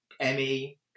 Emmy